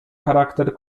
charakter